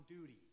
duty